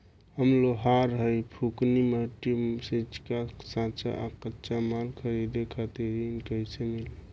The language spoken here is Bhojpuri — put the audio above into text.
हम लोहार हईं फूंकनी भट्ठी सिंकचा सांचा आ कच्चा माल खरीदे खातिर ऋण कइसे मिली?